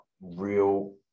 real